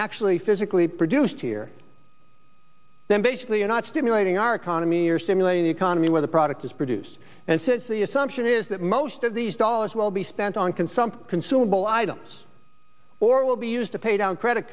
actually physically produced here then basically you're not stimulating our economy or stimulate the economy where the product is produced and the assumption is that most of these dollars will be spent on consumption consumable items or will be used to pay down credit